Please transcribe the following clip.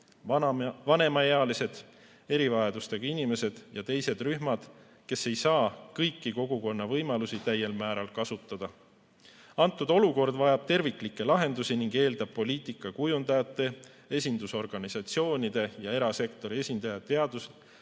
vanemaealised, erivajadustega inimesed ja teised rühmad, kes ei saa kõiki kogukonna võimalusi täiel määral kasutada. Selline olukord vajab terviklikke lahendusi ning eeldab poliitika kujundajate, esindusorganisatsioonide ja erasektori esindajate